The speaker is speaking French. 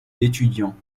d’étudiants